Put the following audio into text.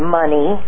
money